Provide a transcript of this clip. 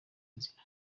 nzira